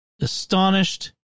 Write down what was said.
astonished